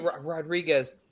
Rodriguez